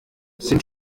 sind